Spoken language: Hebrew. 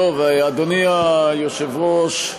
אדוני היושב-ראש,